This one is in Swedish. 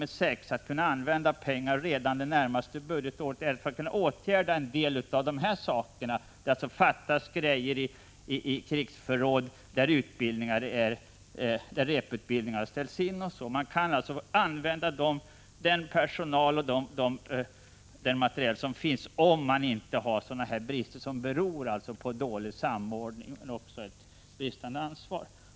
Det gäller att kunna använda pengar redan under det närmaste budgetåret för att kunna åtgärda en del av dessa brister — när det fattas grejor i krigsförråd, när repövningar har ställts in osv. Man måste effektivt använda den personal och den materiel som finns och åtgärda brister som beror på dålig samordning men också bristande ansvar.